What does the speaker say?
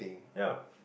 ya